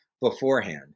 beforehand